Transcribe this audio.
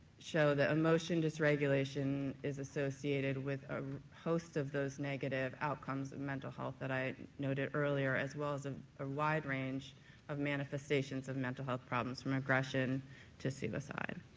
show the emotion dysregulation is associated with a host of those negative outcomes in mental health that i noted earlier, as well as a wide range of manifestations of mental health problems from aggression to suicide.